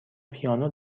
پیانو